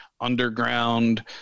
underground